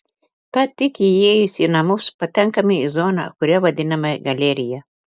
tad tik įėjus į namus patenkama į zoną kurią vadiname galerija